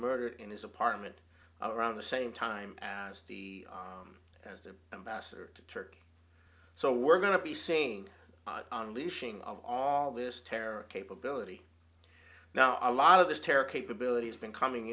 murdered in his apartment around the same time as the as the ambassador to turkey so we're going to be saying on leashing of all this terror capability now a lot of this terror capability has been coming